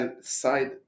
side